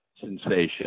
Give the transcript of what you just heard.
sensation